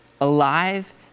alive